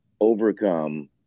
overcome